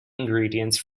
ingredients